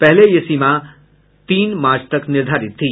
पहले यह समय सीमा तीन मार्च तक निर्धारित थी